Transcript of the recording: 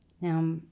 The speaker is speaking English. Now